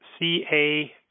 CA